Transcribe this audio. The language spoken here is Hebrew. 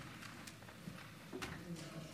מדינת דרום